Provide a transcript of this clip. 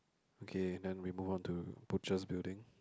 okay then we move on to butcher's building